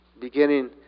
beginning